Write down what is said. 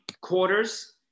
quarters